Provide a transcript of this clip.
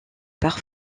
pare